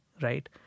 right